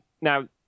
now